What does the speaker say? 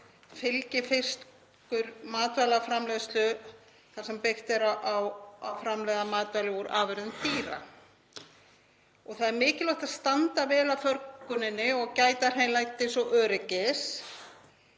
fylgifiskur matvælaframleiðslu þar sem byggt er á að framleiða matvæli úr afurðum dýra. Það er mikilvægt að standa vel að förguninni og gæta hreinlætis og öryggis